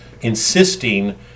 insisting